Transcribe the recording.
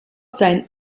sein